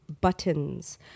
buttons